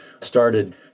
started